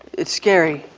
it's scary,